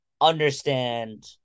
understand